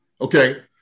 Okay